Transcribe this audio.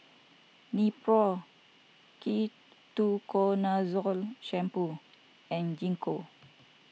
Nepro Ketoconazole Shampoo and Gingko